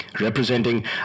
representing